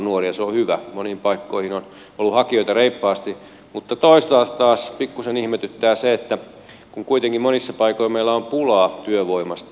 se on hyvä moniin paikkoihin on ollut hakijoita reippaasti mutta toisaalta taas pikkusen ihmetyttää se kun kuitenkin monissa paikoin meillä on pulaa työvoimasta